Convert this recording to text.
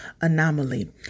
anomaly